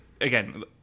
again